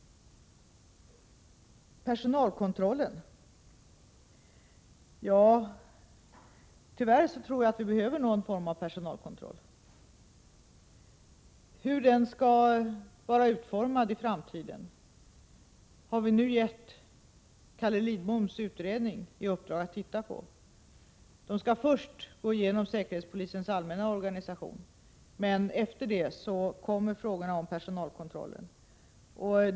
Personalkontrollen talade Jörn Svensson också om. Tyvärr tror jag att vi behöver någon form av personalkontroll. Hur den skall vara utformad i framtiden har vi nu gett Calle Lidboms utredning i uppdrag att titta på. Utredningen skall först gå igenom säkerhetspolisens allmänna organisation, men efter det kommer frågorna om personalkontrollen.